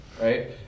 right